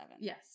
Yes